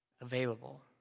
available